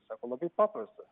sako labai paprasta